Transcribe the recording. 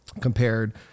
compared